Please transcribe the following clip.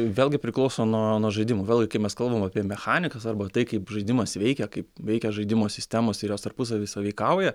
vėlgi priklauso nuo nuo žaidimų vėlgi kai mes kalbam apie mechanikas arba tai kaip žaidimas veikia kaip veikia žaidimo sistemos ir jos tarpusavy sąveikauja